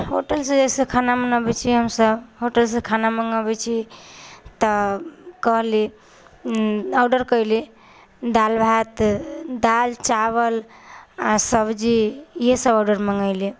होटलसँ जइसे खाना मङ्गाबै छियै हम सभ होटलसँ खाना मङ्गाबै छी तऽ कहलियै ऑर्डर करलियै दालि भात आ सब्जी यहि सभ ऑर्डर मङ्गेलियै